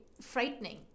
frightening